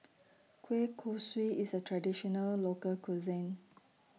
Kueh Kosui IS A Traditional Local Cuisine